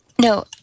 No